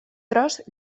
tros